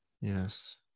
Yes